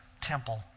temple